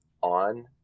on